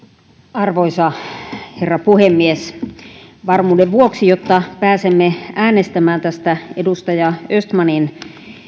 arvoisa herra puhemies varmuuden vuoksi jotta pääsemme äänestämään tästä edustaja östmanin